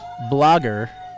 blogger